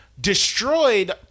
destroyed